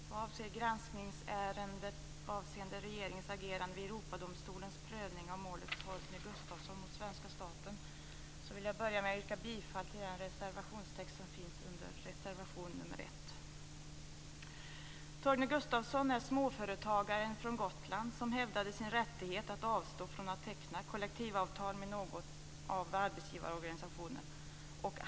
Fru talman! Vad avser granskningsärendet avseende regeringens agerande vid Europadomstolens prövning av målet Torgny Gustafsson mot svenska staten vill jag börja med att yrka på godkännande av anmälan i reservation 1. Torgny Gustafsson är småföretagaren från Gotland som hävdade sin rättighet att avstå från att teckna kollektivavtal med någon av arbetsgivarorganisationerna.